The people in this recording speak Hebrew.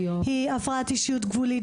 היא עם הפרעת אישיות גבולית,